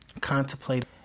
contemplate